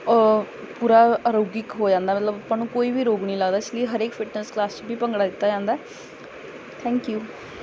ਪੂਰਾ ਅਰੋਗਿਕ ਹੋ ਜਾਂਦਾ ਮਤਲਬ ਆਪਾਂ ਨੂੰ ਕੋਈ ਵੀ ਰੋਗ ਨਹੀਂ ਲੱਗਦਾ ਇਸ ਲਈ ਹਰ ਇੱਕ ਫਿਟਨਸ ਕਲਾਸ 'ਚ ਵੀ ਭੰਗੜਾ ਕੀਤਾ ਜਾਂਦਾ ਥੈਂਕ ਯੂ